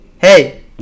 Hey